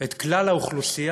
את כלל האוכלוסייה,